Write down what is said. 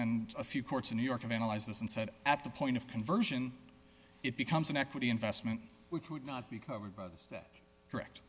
and a few courts in new york and analyze this and said at the point of conversion it becomes an equity investment which would not be covered by those that direct